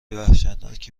وحشتناکی